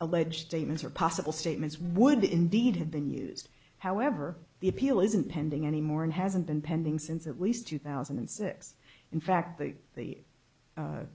alleged statements or possible statements would indeed have been used however the appeal isn't pending anymore and hasn't been pending since at least two thousand and six in fact that the